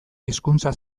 hizkuntza